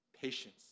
patience